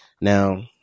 Now